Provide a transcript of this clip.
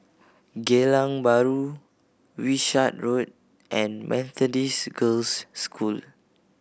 Geylang Bahru Wishart Road and Methodist Girls' School